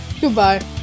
Goodbye